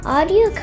Audio